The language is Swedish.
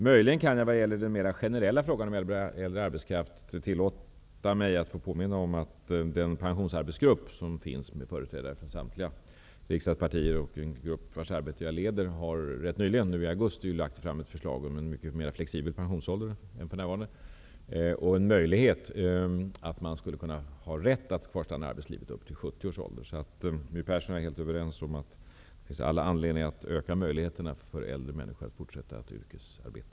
Möjligen kan jag vad gäller den mer generella frågan om äldre arbetskraft tillåta mig att påminna om att den pensionsarbetsgrupp som finns, med företrädare för samtliga riksdagspartier, och vars arbete jag leder, rätt nyligen nu i augusti har lagt fram ett förslag om en mycket mer flexibel pensionsålder än för närvarande och att man skulle ha rätt att kvarstanna i arbetslivet upp till 70 års ålder. My Persson och jag är helt överens om att det finns all anledning att öka möjligheterna för äldre människor att fortsätta ett yrkesarbete.